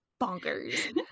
bonkers